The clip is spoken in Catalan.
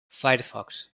firefox